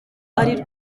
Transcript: ari